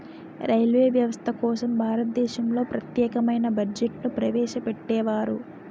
railway వ్యవస్థ కోసం భారతదేశంలో ప్రత్యేకమైన బడ్జెట్ను ప్రవేశపెట్టేవారు